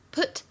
Put